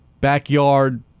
backyard